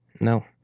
No